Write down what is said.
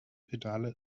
pedale